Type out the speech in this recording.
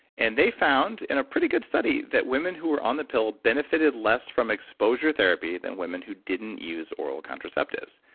and they found, in a pretty good study, that women who were on the pill benefited less from exposure therapy than women who didn't use oral contraceptives.